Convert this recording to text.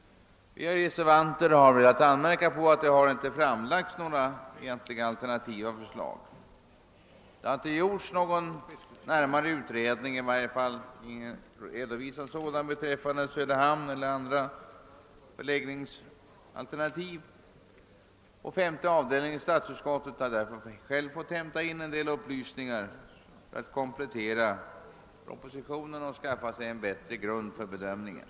Vi har velat anmärka på att det inte framlagts några egentliga alternativa förslag -— det har inte redovisats någon närmare utredning om Söderhamn eller andra förläggningsalternativ. Femte avdelningen har därför själv fått hämta in en del upplysningar för att komplettera propositionen och skaffa sig en bättre grund för bedömningen.